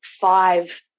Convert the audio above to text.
five